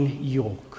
York